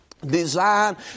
design